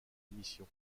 émission